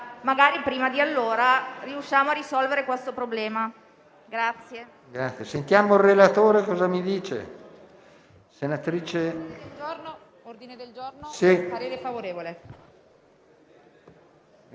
magari prima di allora riusciamo a risolvere questo problema.